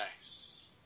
nice